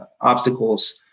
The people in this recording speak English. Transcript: obstacles